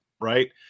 right